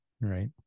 right